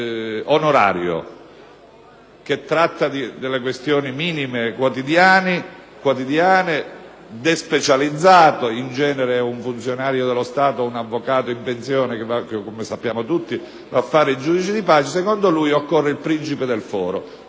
ad un giudice onorario, che tratta delle questioni minime, quotidiane, despecializzato (in genere è un funzionario dello Stato o un avvocato in pensione che, come sappiamo tutti, va a fare il giudice di pace), secondo lui dovrebbe esserci il principe del foro.